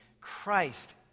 Christ